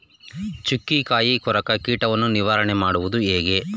ಚುಕ್ಕಿಕಾಯಿ ಕೊರಕ ಕೀಟವನ್ನು ನಿವಾರಣೆ ಮಾಡುವುದು ಹೇಗೆ?